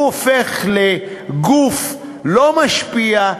הוא הופך לגוף לא משפיע,